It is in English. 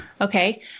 Okay